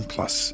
Plus